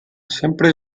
sempre